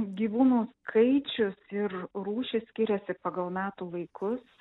gyvūnų skaičius ir rūšys skiriasi pagal metų laikus